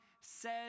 says